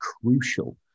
crucial